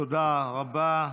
תודה רבה.